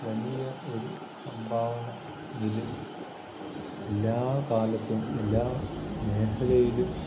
വലിയ ഒരു സംഭാവന ഇതിൽ എല്ലാ കാലത്തും എല്ലാ മേഘലയിലും